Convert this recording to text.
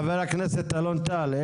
חבר הכנסת אלון טל,